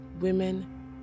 women